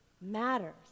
matters